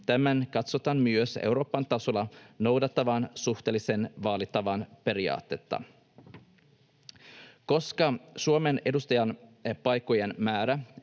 Tämän katsotaan myös Euroopan tasolla noudattavan suhteellisen vaalitavan periaatetta. Koska Suomen edustajanpaikkojen määrä